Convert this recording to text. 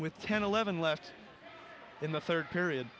with ten eleven left in the third period